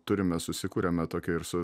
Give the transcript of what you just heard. turime susikūrėme tokią ir su